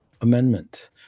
Amendment